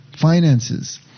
Finances